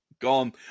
Gone